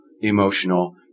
emotional